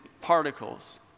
particles